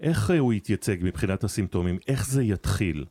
איך הוא יתייצג מבחינת הסימפטומים? איך זה יתחיל?